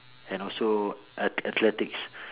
and also athletics